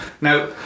Now